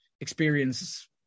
experience